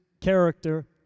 character